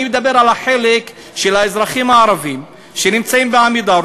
אני מדבר על החלק של האזרחים הערבים שנמצאים ב"עמידר",